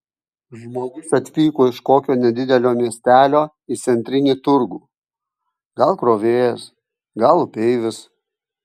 žmogus atvyko iš kokio nedidelio miestelio į centrinį turgų gal krovėjas gal upeivis